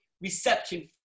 reception